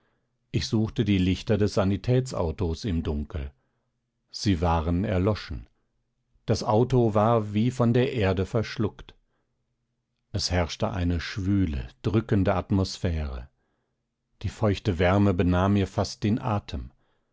ich suchte die lichter des sanitätsautos im dunkel sie waren erloschen das auto war wie von der erde verschluckt es herrschte eine schwüle drückende atmosphäre die feuchte wärme benahm mir fast den atem